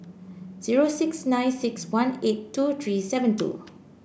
zero six nine six one eight two three seven two